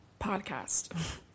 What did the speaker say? podcast